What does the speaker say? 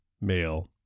male